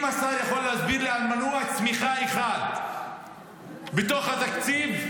אם השר יכול להסביר לי על מנוע צמיחה אחד בתוך התקציב,